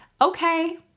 Okay